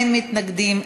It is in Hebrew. אין מתנגדים,